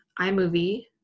iMovie